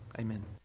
amen